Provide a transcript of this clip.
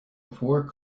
before